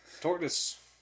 Tortoise